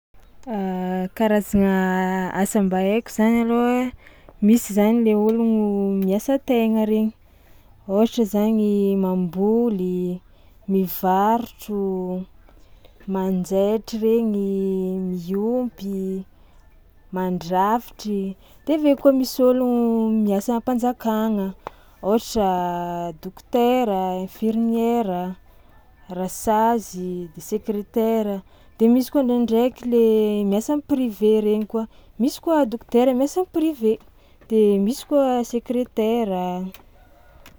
Karazagna asa mba haiko zany alôha: misy zany le ôlogno miasa tegna regny ôhatra zany mamboly, mivarotro, manjaitry regny, miompy, mandrafitry de avy eo koa misy ôlogno miasa am-panjakagna ôhatra dokotera, infirmiera, rasazy de sekretera de misy koa ndraindraiky le miasa am'privé regny koa, misy koa dokotera miasa am'privé de misy koa sekretera.